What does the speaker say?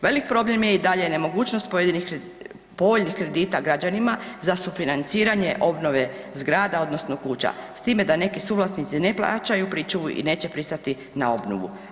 Velik problem je i dalje nemogućnost pojedinih, povoljnih kredita građanima za sufinanciranje obnove zgrada odnosno kuća s time da neki suvlasnici ne plaćaju pričuvu i neće pristati na obnovu.